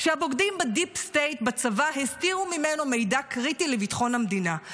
שהבוגדים בדיפ סטייט בצבא הסתירו ממנו מידע קריטי לביטחון המדינה,